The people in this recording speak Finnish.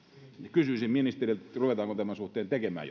kysyisin ministeriltä ruvetaanko tämän suhteen tekemään